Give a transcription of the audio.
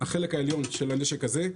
החלק העליון של הנשק הזה,